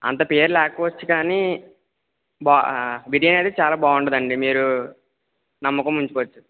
అంత పేరు లేకపోవచ్చు కానీ బా ఆ బిర్యానీ అది చాలా బాగుంటుంది అండి మీరు నమ్మకము ఉంచుకోవచ్చు